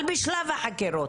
אבל בשלב החקירות,